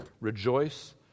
rejoice